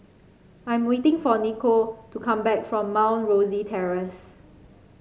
I'm waiting for Nichol to come back from Mount Rosie Terrace